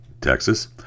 texas